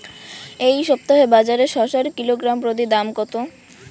এই সপ্তাহে বাজারে শসার কিলোগ্রাম প্রতি দাম কত?